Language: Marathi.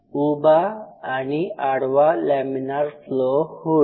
उभा आणि आडवा लॅमीनार फ्लो हुड